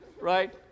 right